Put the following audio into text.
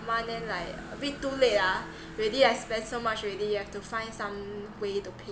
month then like a bit too late ah already I spend so much already you have to find some way to pay